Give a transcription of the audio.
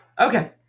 Okay